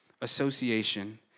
association